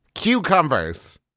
Cucumbers